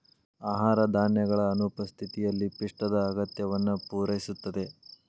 ಆಹಾರ ಧಾನ್ಯಗಳ ಅನುಪಸ್ಥಿತಿಯಲ್ಲಿ ಪಿಷ್ಟದ ಅಗತ್ಯವನ್ನು ಪೂರೈಸುತ್ತದೆ